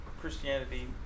Christianity